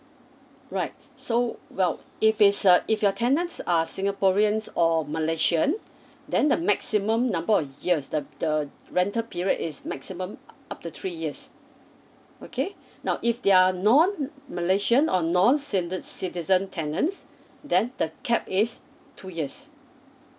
right so well if it's uh if your tenants are singaporeans or malaysian then the maximum number of years the the rental period is maximum up to three years okay now if they are non malaysian or non standard citizen tenants then the cap is two years